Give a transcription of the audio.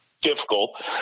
difficult